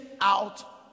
out